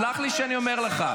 סלח לי שאני אומר לך.